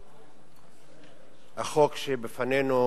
החוק שבפנינו